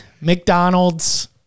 McDonald's